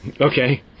Okay